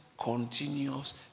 continuous